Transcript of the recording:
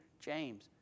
James